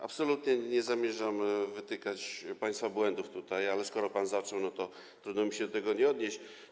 Absolutnie nie zamierzam wytykać państwu błędów, ale skoro pan zaczął, trudno mi się do tego nie odnieść.